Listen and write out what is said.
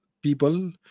people